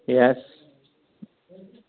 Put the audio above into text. یَس